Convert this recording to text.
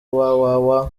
www